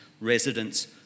residents